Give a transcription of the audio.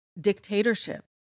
dictatorship